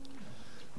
אדוני היושב-ראש,